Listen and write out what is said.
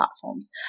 platforms